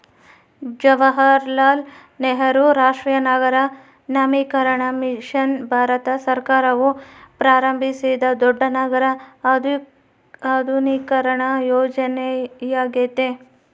ಜವಾಹರಲಾಲ್ ನೆಹರು ರಾಷ್ಟ್ರೀಯ ನಗರ ನವೀಕರಣ ಮಿಷನ್ ಭಾರತ ಸರ್ಕಾರವು ಪ್ರಾರಂಭಿಸಿದ ದೊಡ್ಡ ನಗರ ಆಧುನೀಕರಣ ಯೋಜನೆಯ್ಯಾಗೆತೆ